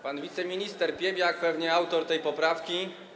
Pan wiceminister Piebiak, pewnie autor tej poprawki.